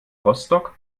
rostock